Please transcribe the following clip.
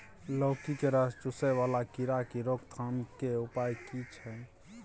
लौकी के रस चुसय वाला कीरा की रोकथाम के उपाय की छै?